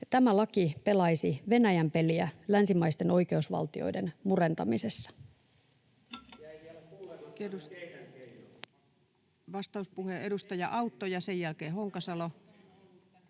tämä laki pelaisi Venäjän peliä länsimaisten oikeusvaltioiden murentamisessa.